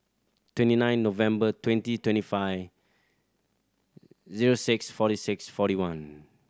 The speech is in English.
twenty nine November twenty twenty five zero six forty six forty one